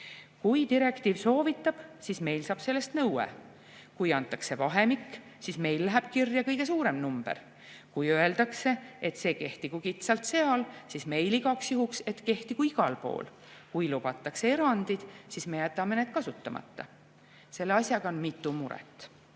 Kui direktiiv soovitab, siis meil saab sellest nõue. Kui antakse vahemik, siis meil läheb kirja kõige suurem number. Kui öeldakse, et see kehtigu kitsalt seal, siis meil on igaks juhuks, et kehtigu igal pool. Kui lubatakse erandeid, siis me jätame need kasutamata. Selle asjaga on mitu muret.